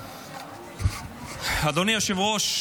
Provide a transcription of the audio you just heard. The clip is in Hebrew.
אדוני היושב-ראש,